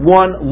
one